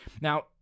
Now